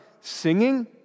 singing